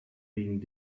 being